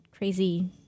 Crazy